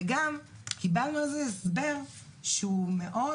וגם קיבלנו על זה הסבר שהוא מאוד,